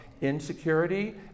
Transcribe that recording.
insecurity